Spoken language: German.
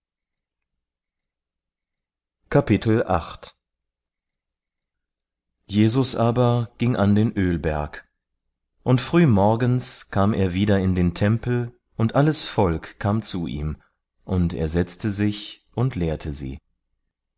jesus aber ging an den ölberg und frühmorgens kam er wieder in den tempel und alles volk kam zu ihm und er setzte sich und lehrte sie